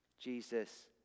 Jesus